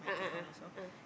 a'ah a'ah ah